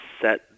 set